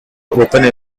open